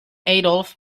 adolph